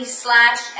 slash